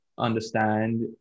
understand